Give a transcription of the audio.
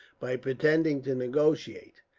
by pretending to negotiate.